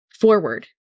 forward